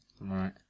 right